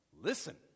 Listen